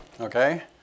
Okay